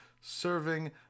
Serving